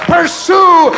Pursue